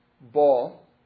ball